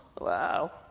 Wow